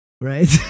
right